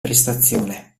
prestazione